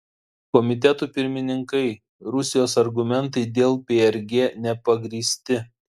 komitetų pirmininkai rusijos argumentai dėl prg nepagrįsti